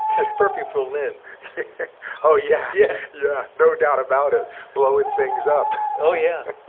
that's perfect for lynn oh yeah yeah yeah no doubt about it blowing things up oh yeah